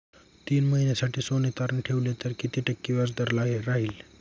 तीन महिन्यासाठी सोने तारण ठेवले तर किती टक्के व्याजदर राहिल?